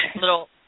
Little